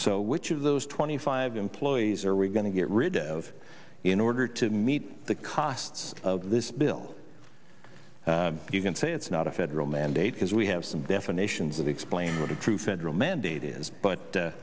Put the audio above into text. so which of those twenty five employees are we going to get rid of in order to meet the costs of this bill you can say it's not a federal mandate because we have some definitions that explain what a true federal mandate is but